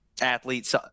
athletes